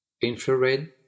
Infrared